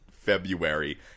February